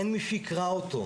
אין מי שיקרא אותו,